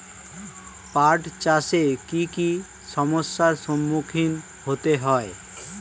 পাঠ চাষে কী কী সমস্যার সম্মুখীন হতে হয়?